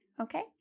okay